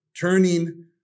turning